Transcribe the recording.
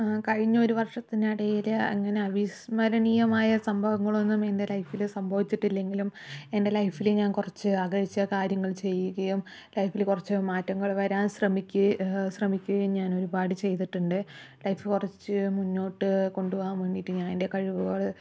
കഴിഞ്ഞ ഒരു വർഷത്തിനെടയില് അങ്ങനെ അവിസ്മരണീയമായ സംഭവങ്ങളൊന്നും എൻ്റെ ലൈഫില് സംഭവിച്ചിട്ടില്ലെങ്കിലും എൻ്റെ ലൈഫില് ഞാൻ കുറച്ച് ആഗ്രഹിച്ച കാര്യങ്ങൾ ചെയ്യുകയും ലൈഫില് കുറച്ച് മാറ്റങ്ങൾ വരാൻ ശ്രമി ശ്രമിക്കുകയും ഞാനൊരുപാട് ചെയ്തിട്ടൊണ്ട് ലൈഫ് കുറച്ച് മുന്നോട്ട് കൊണ്ട് പോവാൻ വേണ്ടീട്ട് ഞാൻ എൻ്റെ കഴിവുകള്